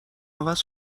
عوض